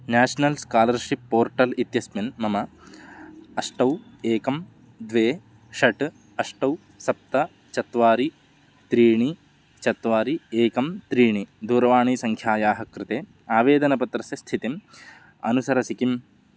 national scholarship portal इत्यस्मिन् मम अष्ट एकं द्वे षट् अष्ट सप्त चत्वारि त्रीणि चत्वारि एकं त्रीणि दूरवाणीसङ्ख्यायाः कृते आवेदनपत्रस्य स्थितिम् अनुसरसि किम्